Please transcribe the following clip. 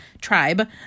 tribe